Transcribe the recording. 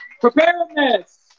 Preparedness